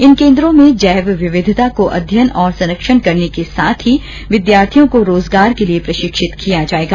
इन केन्द्रों में जैव विविघता को अध्ययन और संरक्षण करने के साथ ही विद्यार्थियों को रोजगार के लिए प्रशिक्षित किया जायेगा